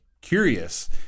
curious